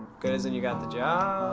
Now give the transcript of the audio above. good as in you got the job?